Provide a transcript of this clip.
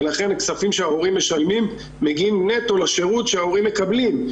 ולכן כספים שההורים משלמים מגיעים נטו לשירות שההורים מקבלים.